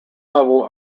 level